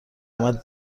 اومد